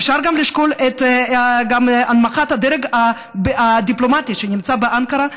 אפשר גם לשקול את הנמכת הדרג הדיפלומטי שנמצא באנקרה.